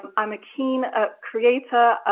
um i'm a keen ah creator,